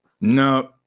no